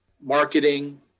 marketing